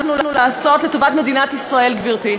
הצלחנו לעשות לטובת מדינת ישראל, גברתי.